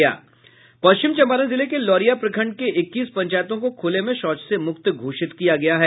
पश्चिम चंपारण जिले के लौरिया प्रखंड के इक्कीस पंचायतों को खुले में शौच से मुक्त घोषित किया गया है